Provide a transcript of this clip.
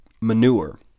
manure